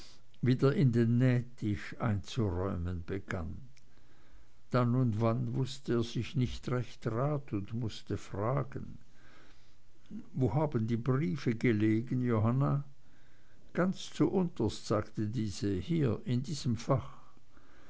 wieder in den nähtisch einzuräumen begann dann und wann wußte er sich nicht recht rat und mußte fragen wo haben die briefe gelegen johanna ganz zuunterst sagte diese hier in diesem fach